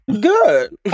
good